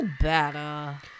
better